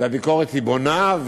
והביקורת היא בונה.